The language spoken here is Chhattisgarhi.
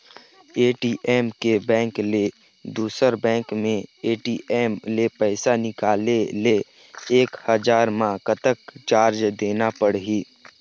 ए.टी.एम के बैंक ले दुसर बैंक के ए.टी.एम ले पैसा निकाले ले एक हजार मा कतक चार्ज देना पड़ही?